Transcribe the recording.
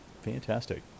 Fantastic